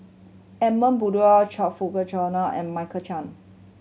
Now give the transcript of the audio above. Edmund Blundell Choe Fook Cheong and Michael Chiang